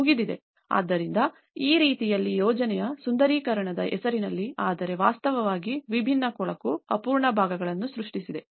ಮುಗಿದಿದೆ ಆದ್ದರಿಂದ ಆ ರೀತಿಯಲ್ಲಿ ಯೋಜನೆಯ ಸುಂದರೀಕರಣದ ಹೆಸರಿನಲ್ಲಿ ಆದರೆ ವಾಸ್ತವವಾಗಿ ವಿಭಿನ್ನ ಕೊಳಕು ಅಪೂರ್ಣ ಭಾಗಗಳನ್ನು ಸೃಷ್ಟಿಸಿದೆ